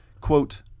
Quote